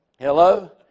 Hello